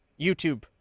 YouTube